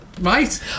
Right